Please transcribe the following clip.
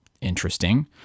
Interesting